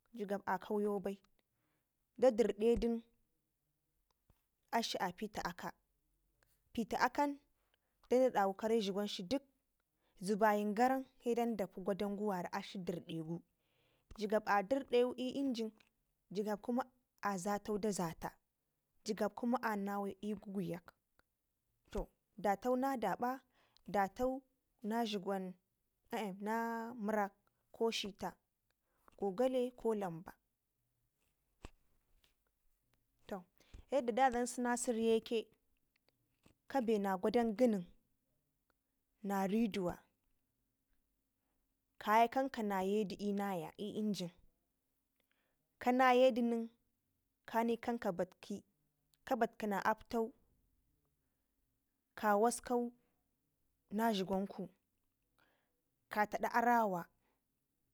jigab a kauyo bai daderde dun akshi a fiya aka fiti akan danda ɗawe kare dlugwankshi dik zerayen karan he danda pi gwadankgu wara akshi derdegu jigab a derde i'engine jigab kuma azatau daz ata jigab kuma a naye i'guguyak tɘ datauna nada ɓa datauna dlugan na mirak ko shita gogale ko lamba to yadda da dlan sina sɘrye ke kabena gwadan gɘnin na riduwa kaya kan ka nayedu i'naya i'engine kanaye dinen kani kanka bakti ka baktina aptau ka waskau na dlugwanku ka tad arawa.